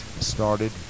started